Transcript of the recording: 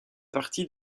partie